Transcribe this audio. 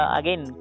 again